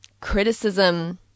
criticism